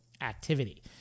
activity